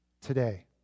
today